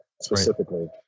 specifically